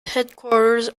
headquarters